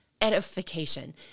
edification